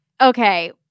Okay